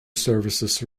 services